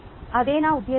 అదే నా ఉద్దేశ్యం